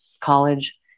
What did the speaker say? college